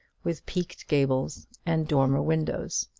with peaked gables and dormer windows.